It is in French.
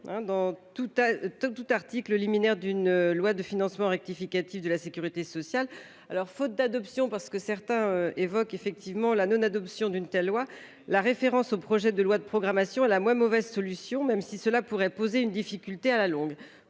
toute toute article liminaire d'une loi de financement rectificatif de la Sécurité sociale. Alors faute d'adoption parce que certains évoquent effectivement la non-adoption d'une telle loi. La référence au projet de loi de programmation et la moins mauvaise solution même si cela pourrait poser une difficulté à la longue